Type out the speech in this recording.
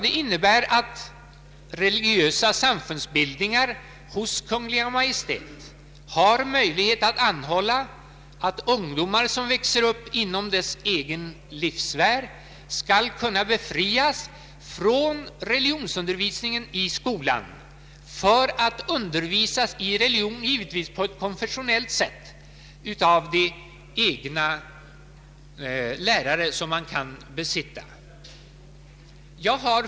Det innebär att religiösa samfundsbildningar har möjlig het att anhålla hos Kungl. Maj:t att ungdomar som växer upp inom deras egen livssfär skall kunna befrias från religionsundervisning i skolan för att undervisas i religion givetvis på ett konfessionellt sätt, av de egna lärare som kan finnas.